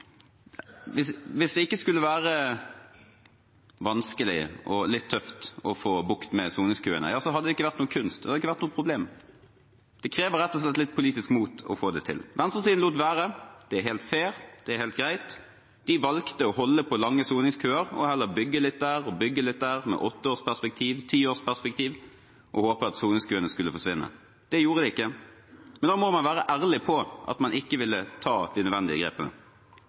Hvis det ikke skulle være vanskelig og litt tøft å få bukt med soningskøene, hadde det ikke vært noen kunst, det hadde ikke vært noe problem. Det krever rett og slett litt politisk mot å få det til. Venstresiden lot være. Det er helt fair, det er helt greit. De valgte å holde på lange soningskøer og heller bygge litt her og bygge litt der med åtteårsperspektiv, tiårsperspektiv, og håpet at soningskøene skulle forsvinne. Det gjorde de ikke. Men da må man være ærlig på at man ikke ville ta de nødvendige grepene.